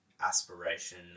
aspiration